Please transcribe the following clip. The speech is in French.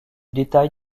détail